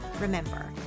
Remember